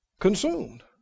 Consumed